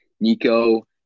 Nico